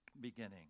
beginning